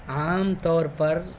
عام طور پر